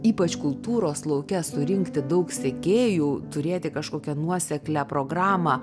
ypač kultūros lauke surinkti daug sekėjų turėti kažkokią nuoseklią programą